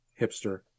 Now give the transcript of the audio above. hipster